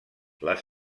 les